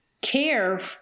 care